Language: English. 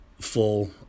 full